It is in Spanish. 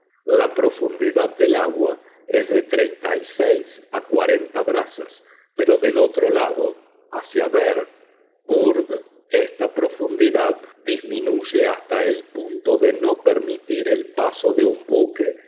la profundidad del agua es de treinta y seis a cuarenta brazas pero del otro lado hacia ver vurrgh esta profundidad disminuye hasta el punto de no permitir el paso de un buque